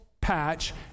patch